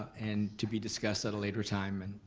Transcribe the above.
and to be discussed at a later time and